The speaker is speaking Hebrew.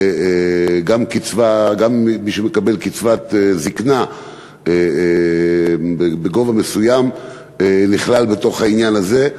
גם מי שמקבל קצבת זיקנה בגובה מסוים נכלל בתוך העניין הזה.